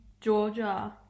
Georgia